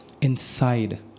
inside